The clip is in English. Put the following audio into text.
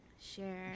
Share